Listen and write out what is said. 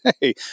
hey